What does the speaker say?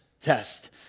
test